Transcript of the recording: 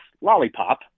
lollipop